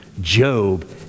Job